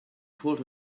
pulled